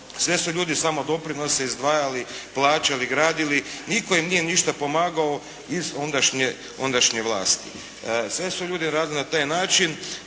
sve su ljudi samo doprinose izdvajali, plaćali, gradili, nitko im nije ništa pomagao iz ondašnje vlasti. Sve su ljudi radili na taj način,